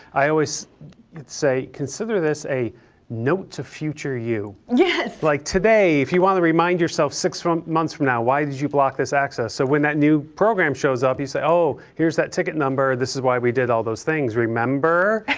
i always say consider this a note to future you. yes. like today if you want to remind yourself six months from now, why did you block this access? so when that new program shows up you say, oh, here's that ticket number, this is why we did all those things, remember?